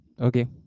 okay